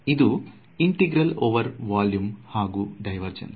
ಇದು integral over volume ಹಾಗೂ divergence